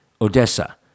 Odessa